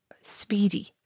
speedy